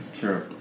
sure